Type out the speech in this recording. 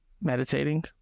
meditating